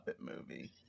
movie